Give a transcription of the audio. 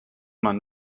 man